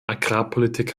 agrarpolitik